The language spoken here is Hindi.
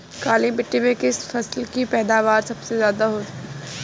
काली मिट्टी में किस फसल की पैदावार सबसे ज्यादा होगी?